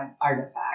artifact